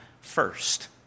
first